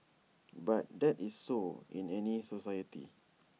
but that is so in any society